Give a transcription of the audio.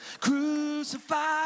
Crucified